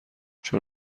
چون